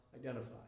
identify